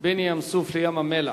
בין ים-סוף לים-המלח,